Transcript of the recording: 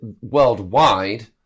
Worldwide